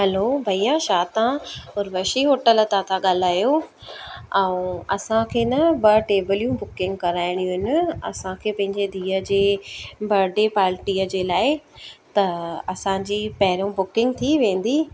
hello भईया तव्हां Urvashi hotel त था ॻाल्हायो ऐं असांखे न ॿ टेबलियूं बुकिंग कराइणियूं आहिनि असांखे पंहिंजे धीअ जे बडे पाल्टीअ जे लाइ त असांजी पहिरों बुकिंग थी वेंदी